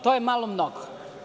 To je malo mnogo.